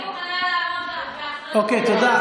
אני מוכנה לעמוד באחריות, אוקיי, תודה.